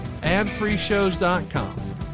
adfreeshows.com